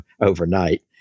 overnight